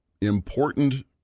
Important